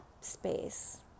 space